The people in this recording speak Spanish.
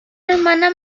hermana